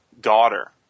daughter